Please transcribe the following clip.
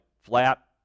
flat